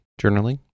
journaling